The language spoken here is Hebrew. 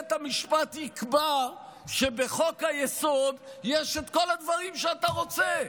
שבית המשפט יקבע שבחוק-היסוד יש את כל הדברים שאתה רוצה.